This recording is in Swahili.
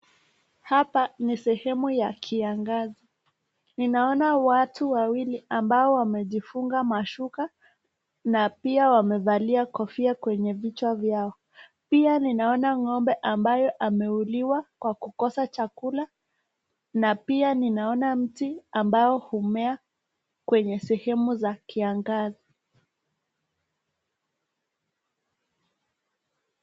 Hapa ni sehemu ya kiangazi ninaona watu wawili ambao wamefunga mashuka na pia wamevalia kofia kwenye vichwa vyao pia ninaona ngombe ameuliwa kwa kukosa chakula na pia naona mtu ambao umea kwenye sehemu za kiangazi.